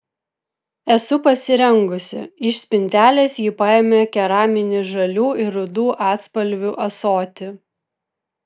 esu pasirengusi iš spintelės ji paėmė keraminį žalių ir rudų atspalvių ąsotį